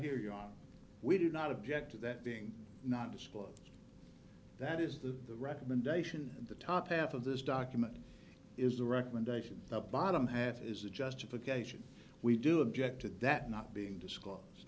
here you are we did not object to that being not disclosed that is the recommendation and the top half of this document is the recommendation the bottom have is a justification we do object to that not being disclose